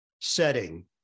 setting